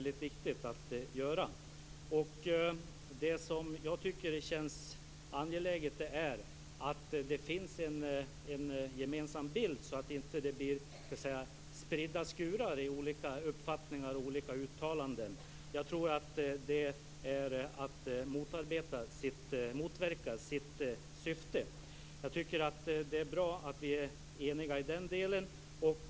Det som jag tycker känns angeläget är att det finns en gemensam bild så att det inte blir spridda skurar med olika uppfattningar i olika uttalanden. Jag tror att det motverkar sitt syfte. Det är bra att vi är eniga i den delen.